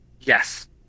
Yes